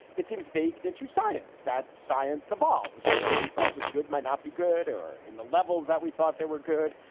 it seems baked into science that science evolves. and what we thought was good might not be good or in the levels that we thought they were good.